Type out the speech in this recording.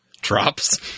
Drops